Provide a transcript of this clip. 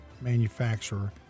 manufacturer